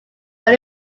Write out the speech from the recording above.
but